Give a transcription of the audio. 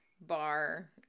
bar